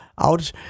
out